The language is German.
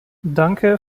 danke